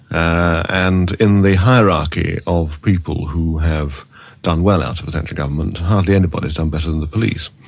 and in the hierarchy of people who have done well out of the thatcher government, hardly anybody has done better than the police.